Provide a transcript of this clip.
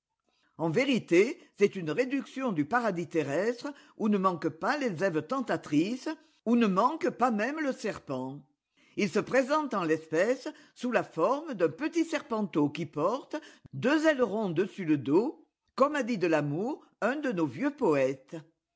en vérité c'est une réduction du paradis terrestre où ne manquent pas les eves tentatrices où ne manque pas même le serpent fi se présente en l'espèce sous la forme d'un petit serpenteau qui porte deux ailerons dessus le dos comme a dit de l'amour un de nos vieux poètes